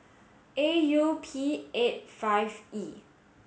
A U P eight five E